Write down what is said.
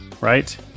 right